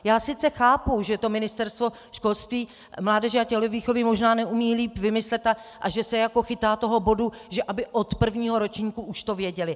Já sice chápu, že to Ministerstvo školství, mládeže a tělovýchovy možná neumí líp vymyslet a že se jako chytá toho bodu, aby od prvního ročníku už to věděli.